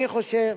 אני חושב